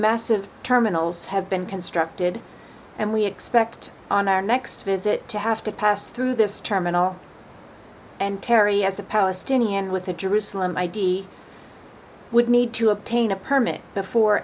massive terminals have been constructed and we expect on our next visit to have to pass through this terminal and terry as a palestinian with a jerusalem id would need to obtain a permit before